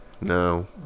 no